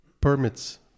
permits